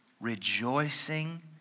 rejoicing